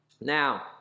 now